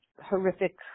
horrific